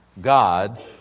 God